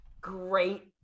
Great